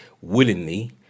willingly